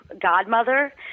godmother